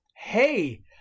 Hey